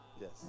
yes